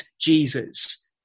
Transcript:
Jesus